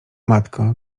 matko